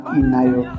inayo